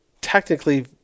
technically